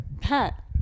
Pat